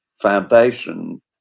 foundation